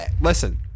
Listen